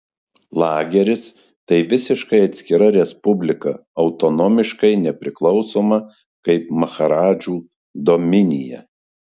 lageris tai visiškai atskira respublika autonomiškai nepriklausoma kaip maharadžų dominija